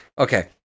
Okay